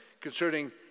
concerning